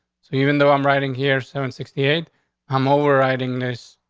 so even though i'm writing here seven sixty eight i'm overriding this.